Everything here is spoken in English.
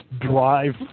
drive